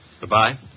Goodbye